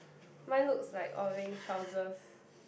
mine looks like orange trousers